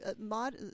mod